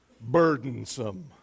burdensome